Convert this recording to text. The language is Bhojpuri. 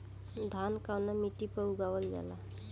धान कवना मिट्टी पर उगावल जाला?